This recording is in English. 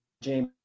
James